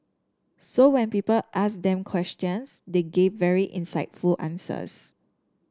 so when people asked them questions they gave very insightful answers